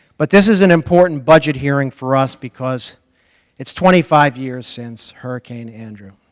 but this is an important budget hearing for us because it's twenty five years since hurricane andrew,